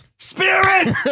Spirit